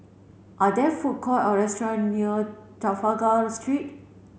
are there food court or restaurant near Trafalgar Street